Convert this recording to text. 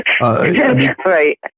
Right